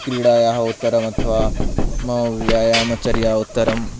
क्रीडायाः उत्तरम् अथवा मम व्यायामचर्या उत्तरम्